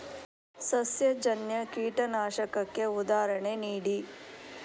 ಸಸ್ಯಜನ್ಯ ಕೀಟನಾಶಕಕ್ಕೆ ಉದಾಹರಣೆ ನೀಡಿ?